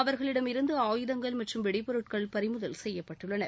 அவர்களிடம் இருந்து ஆயுதங்கள் மற்றும் வெடிபொருட்கள் பறிமுதல் செய்யப்பட்டுள்ளன